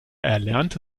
erlernte